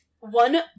One